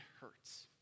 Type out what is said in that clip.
hurts